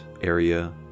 area